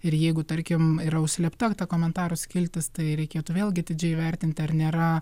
ir jeigu tarkim yra užslėpta ta komentarų skiltis tai reikėtų vėlgi atidžiai įvertinti ar nėra